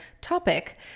topic